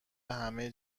همه